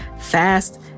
fast